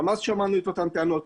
גם אז שמנו את אותן טענות.